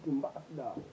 Ambassador